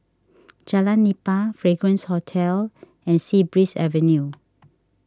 Jalan Nipah Fragrance Hotel and Sea Breeze Avenue